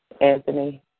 Anthony